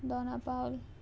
दोना पावल